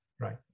Right